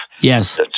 Yes